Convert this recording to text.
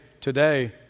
Today